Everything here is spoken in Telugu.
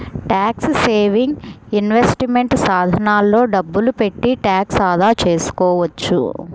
ట్యాక్స్ సేవింగ్ ఇన్వెస్ట్మెంట్ సాధనాల్లో డబ్బులు పెట్టి ట్యాక్స్ ఆదా చేసుకోవచ్చు